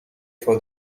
for